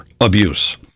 abuse